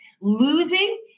Losing